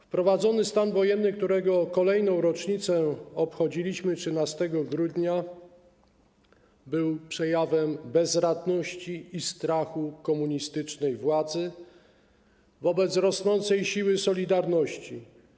Wprowadzony stan wojenny, którego kolejną rocznicę obchodziliśmy 13 grudnia, był przejawem bezradności i strachu komunistycznej władzy wobec rosnącej siły „Solidarności”